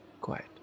quiet